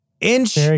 Inch